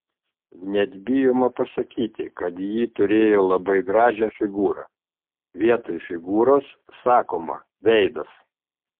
net bijoma pasakyti kad ji turėjo labai gražią figūrą vietoj figūros sakoma veidas